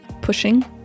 pushing